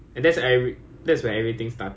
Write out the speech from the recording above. then make a new name then I !huh!